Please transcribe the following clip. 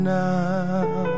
now